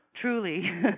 Truly